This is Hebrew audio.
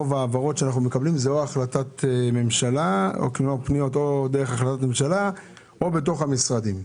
רוב ההעברות שאנחנו מקבלים הן או דרך החלטות ממשלה או בתוך המשרדים.